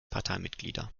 parteimitglieder